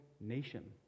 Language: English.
nation